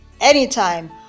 anytime